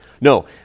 No